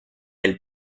elle